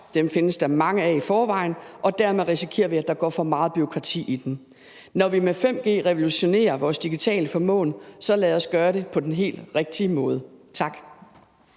dem findes der mange af i forvejen, og dermed risikerer vi, at der går for meget bureaukrati i det. Når vi med 5G revolutionerer vores digitale formåen, så lad os gøre det på den helt rigtige måde. Tak.